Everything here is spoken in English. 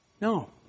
No